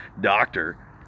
doctor